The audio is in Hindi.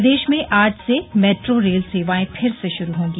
प्रदेश में आज से मेट्रो रेल सेवाएं फिर से शुरू होंगी